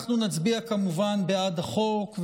אנחנו נצביע כמובן בעד החוק,